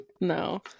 No